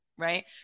right